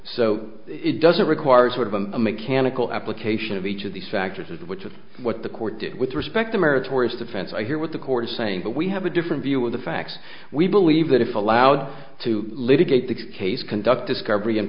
so it doesn't require sort of a mechanical application of each of these factors which is what the court did with respect to meritorious defense i hear what the court is saying but we have a different view of the facts we believe that if allowed to litigate the case conduct discovery and